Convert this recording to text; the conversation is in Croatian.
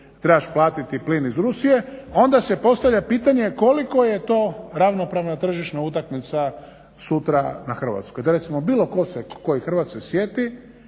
trebaš platiti plin iz Rusije, onda se postavlja pitanje koliko je to ravnopravna tržišna utakmica sutra na Hrvatskoj. Da recimo bilo koji Hrvat se sjeti